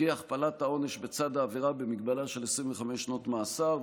קרי הכפלת העונש בצד העבירה במגבלה של 25 שנות מאסר,